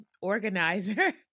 organizer